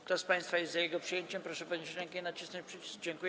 Kto z państwa jest za jego przyjęciem, proszę podnieść rękę i nacisnąć przycisk.